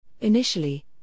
Initially